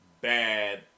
bad